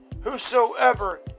Whosoever